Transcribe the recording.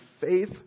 faith